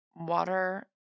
water